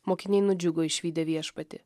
mokiniai nudžiugo išvydę viešpatį